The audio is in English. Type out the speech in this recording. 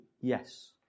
Yes